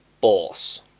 boss